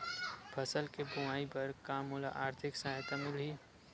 फसल के बोआई बर का मोला आर्थिक सहायता मिलही?